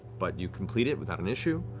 but you complete it without an issue.